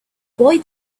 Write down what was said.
boy